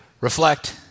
reflect